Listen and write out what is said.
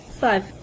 Five